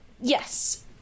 yes